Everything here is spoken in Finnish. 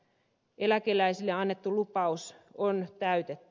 eläkeläisille annettu lupaus on täytetty